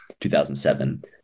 2007